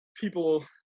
People